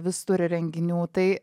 vis turi renginių tai